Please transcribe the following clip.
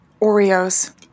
Oreos